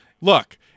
Look